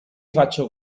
faccio